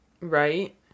Right